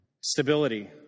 Stability